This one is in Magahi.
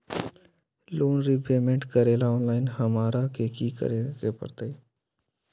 लोन रिपेमेंट करेला ऑनलाइन हमरा की करे के परतई?